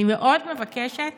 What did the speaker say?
אני מאוד מבקשת